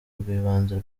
rw’ibanze